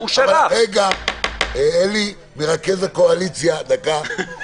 "אלי מרכז הקואליציה", דקה.